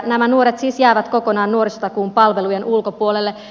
nämä nuoret siis jäävät kokonaan nuorisotakuun palvelujen ulkopuolelle